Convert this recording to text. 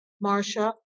Marcia